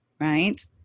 right